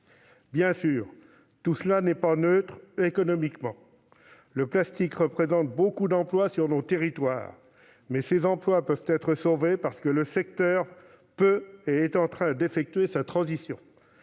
Bien sûr, tout cela n'est pas neutre économiquement. Le plastique représente beaucoup d'emplois sur nos territoires. Mais ces emplois peuvent être sauvés parce que le secteur peut effectuer sa transition